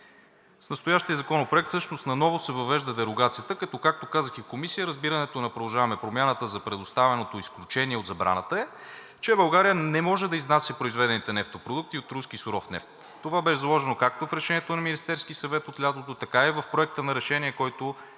С настоящия законопроект всъщност наново се въвежда дерогацията като, както казах и в Комисията, разбирането на „Продължаваме Промяната“ за предоставеното изключение от забраната е, че България не може да изнася произведените нефтопродукти от руски суров нефт. Това бе заложено както в решението на Министерския съвет от лятото, така и в Проекта на решение, който